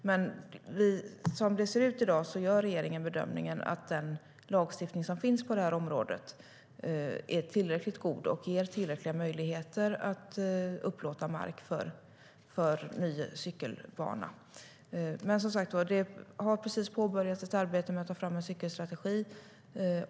Men som det ser ut i dag gör regeringen bedömningen att den lagstiftning som finns på det här området är tillräckligt god och ger tillräckliga möjligheter att upplåta mark för ny cykelbana. Som sagt: Det har precis påbörjats ett arbete med att ta fram en cykelstrategi.